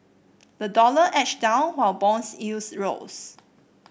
the dollar edged down while bonds yields rose